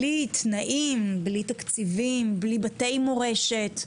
תנאים, בלי תקציבים, בלי בתי מורשת.